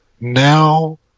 now